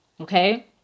Okay